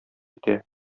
итә